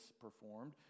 performed